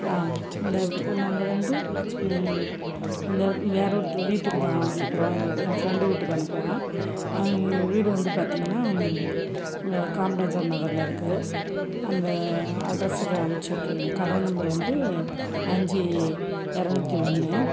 ஆ இந்த ஒ நாங்கள் வந்து இந்த வேறு ஒருத்தர் வீட்டுக்கு தான் அனுப்புகிறோம் எங்கள் என் ஃப்ரெண்டு வீட்டுக்கு அனுப்புகிறேன் அவங்க வீடு வந்து பார்த்திங்கன்னா இங்கே காமராஜர் நகரில் இருக்குது அந்த அட்ரஸுக்கு அனுச்சுட்ருங்க கதவு நம்பர் வந்து அஞ்சு எரநூத்தி ஒன்று